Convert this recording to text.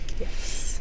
yes